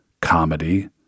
comedy